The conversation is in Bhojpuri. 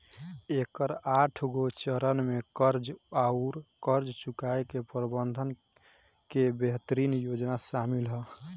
एकर आठगो चरन में कर्ज आउर कर्ज चुकाए के प्रबंधन के बेहतरीन योजना सामिल ह